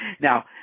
Now